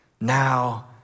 Now